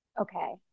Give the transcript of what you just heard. Okay